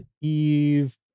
Eve